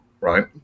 right